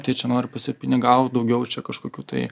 tyčia nori pasipinigaut daugiau čia kažkokių tai